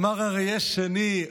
אמר יתוש שני: